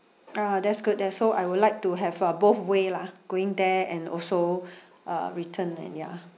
ah that's good there so I would like to have a both way lah going there and also uh return and ya